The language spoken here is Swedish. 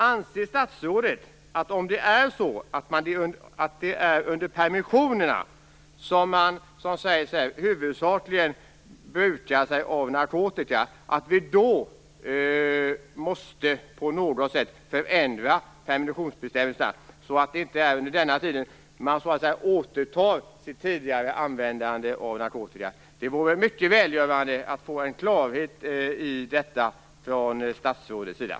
Anser statsrådet att vi, om det huvudsakligen är under permissioner som narkotika brukas, på något sätt måste förändra permissionsbestämmelserna så att man inte under permissionen återupptar sitt tidigare bruk av narkotika? Det vore mycket välgörande om statsrådet kunde komma med ett klargörande om detta.